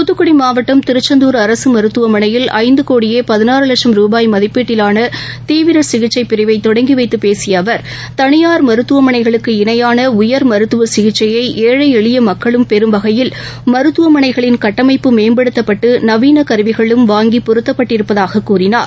தூத்துக்குடிமாவட்டம் திருச்செந்தூர் அரசுமருத்துவமனையில் ஐந்துகோடியேபதினாறுலட்சம் ரூபாய் மதிப்பிலானதீவிரசிகிச்சைபிரிவைதொடங்கிவைத்துபேசியஅவர் தனியார் மருத்துவமனைகளுக்குஇணையானஉயர் மருத்துவசிகிச்சையைஏழைஎளியமக்களும் வகையில் மருத்துவமனைகளின் கட்டமைப்பு மேம்படுத்தப்பட்டுநவீனகருவிகளும் வாங்கிபொருத்தப்பட்டிருப்பதாககூறினார்